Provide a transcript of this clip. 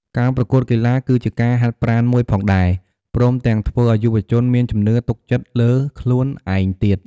ការប្រគួតកីឡា ក៏ជាការហាត់ប្រាណមួយផងដែរ ព្រមទាំងធ្វើឲ្យយុវជនមានជំនឿទុកចិត្តលើខ្លួនឯងទៀត។